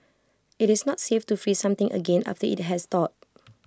IT is not safe to freeze something again after IT has thawed